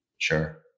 Sure